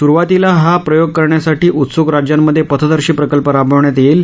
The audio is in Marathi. सुरुवातीला हा प्रयोग करण्यासाठी उत्सुक राज्यांमध्ये पथदर्शी प्रकल्प राबवण्यात येईल